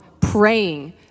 praying